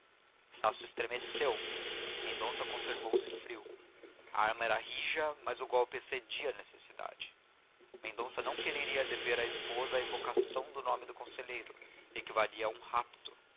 estácio estremeceu mendonça conservou-se frio a arma era rija mas o golpe excedia a necessidade mendonça não quereria dever a esposa à evocação do nome do conselheiro equivalia a um rapto